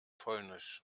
polnisch